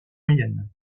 moyenne